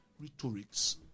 rhetorics